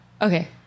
Okay